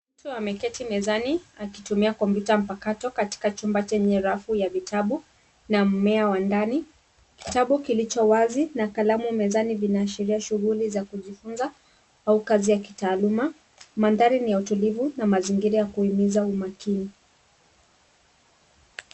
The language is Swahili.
Mtu ameketi mezani akitumia kompyuta mpakato katika chumba chenye rafu ya vitabu na mmea wa ndani. Kitabu kilicho wazi na kalamu mezani vinaashiria shughuli za kujifunza au kazi ya kitaaluma. Mandhari ni ya utulivu na mazingira ya kuimiza umakini.